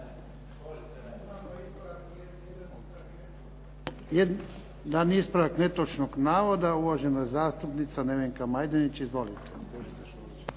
Imamo jedan ispravak netočnog navoda, uvažena zastupnica Nevenka Majdenić. Izvolite.